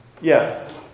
yes